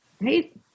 right